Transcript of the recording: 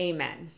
Amen